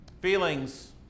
Feelings